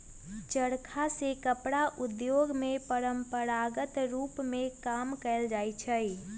चरखा से कपड़ा उद्योग में परंपरागत रूप में काम कएल जाइ छै